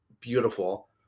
beautiful